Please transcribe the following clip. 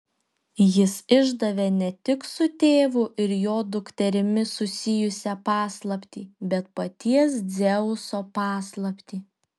jis išdavė ne tik su tėvu ir jo dukterimi susijusią paslaptį bet paties dzeuso paslaptį